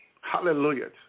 Hallelujah